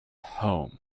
home